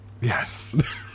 Yes